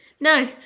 No